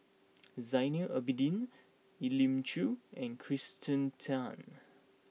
Zainal Abidin Elim Chew and Kirsten Tan